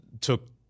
took